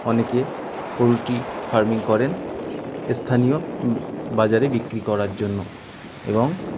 অনেকে poultry farming করেন স্থানীয় বাজারে বিক্রি করার জন্য এবং